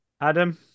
Adam